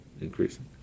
increasing